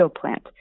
plant